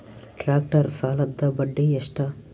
Tractor ಸಾಲದ್ದ ಬಡ್ಡಿ ಎಷ್ಟ?